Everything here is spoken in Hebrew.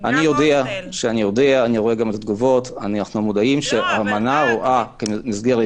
אני יודע, רואה גם את התגובות- -- בוא נסכים